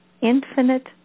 infinite